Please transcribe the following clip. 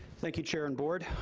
thank you chair and board.